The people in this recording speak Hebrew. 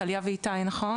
טליה ואיתי,